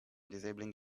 disabling